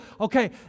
okay